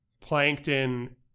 Plankton